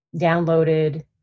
downloaded